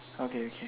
okay okay